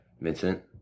Vincent